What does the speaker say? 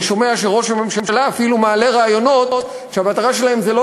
אני שומע שראש הממשלה אפילו מעלה רעיונות שהמטרה שלהם היא לא